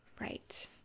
right